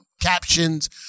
captions